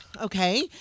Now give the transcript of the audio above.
Okay